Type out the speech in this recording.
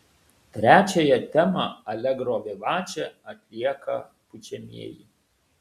trečiąją temą alegro vivače atlieka pučiamieji